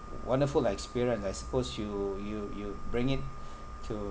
wonderful experience I suppose you you you bring it to